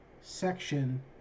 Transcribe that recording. section